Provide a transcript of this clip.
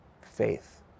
faith